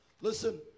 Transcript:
Listen